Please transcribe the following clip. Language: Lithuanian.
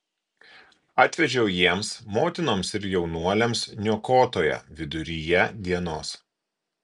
atvedžiau jiems motinoms ir jaunuoliams niokotoją viduryje dienos